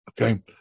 Okay